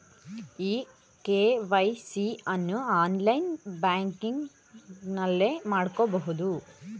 E KYC ಅನ್ನು online ಬ್ಯಾಂಕಿಂಗ್ನಲ್ಲೇ ಮಾಡ್ಕೋಬೋದು